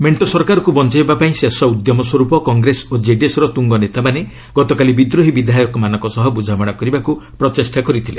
ମେଣ୍ଟ ସରକାରକୁ ବଞ୍ଚାଇବା ପାଇଁ ଶେଷ ଉଦ୍ୟମସ୍ୱର୍ପ କଂଗ୍ରେସ ଓ କେଡିଏସ୍ର ତ୍ରଙ୍ଗ ନେତାମାନେ ଗତକାଲି ବିଦ୍ରୋହୀ ବିଧାୟକମାନଙ୍କ ସହ ବୁଝାମଣା କରିବାକୁ ପ୍ରଚେଷ୍ଟା କରିଥିଲେ